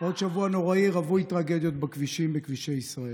עוד שבוע נוראי רווי טרגדיות בכבישי ישראל.